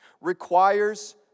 requires